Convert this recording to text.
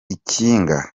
ikinga